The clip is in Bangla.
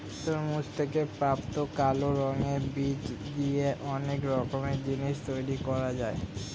তরমুজ থেকে প্রাপ্ত কালো রঙের বীজ দিয়ে অনেক রকমের জিনিস তৈরি করা যায়